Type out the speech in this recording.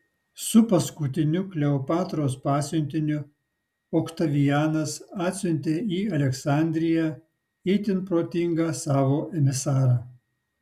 su paskutiniu kleopatros pasiuntiniu oktavianas atsiuntė į aleksandriją itin protingą savo emisarą